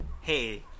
Hey